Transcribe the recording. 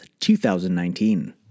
2019